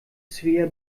svea